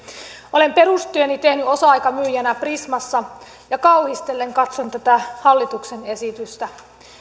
olen perustyöni tehnyt osa aikamyyjänä prismassa ja kauhistellen katson tätä hallituksen esitystä